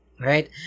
right